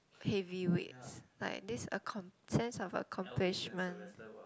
heavy weights like this accom~ sense of accomplishment